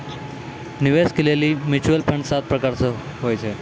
निवेश के लेली म्यूचुअल फंड सात प्रकार रो हुवै छै